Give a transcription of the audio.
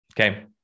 okay